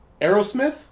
Aerosmith